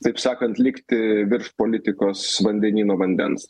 taip sakant likti virš politikos vandenyno vandens